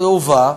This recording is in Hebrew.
הובא,